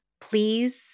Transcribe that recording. please